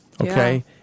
Okay